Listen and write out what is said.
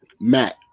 Matt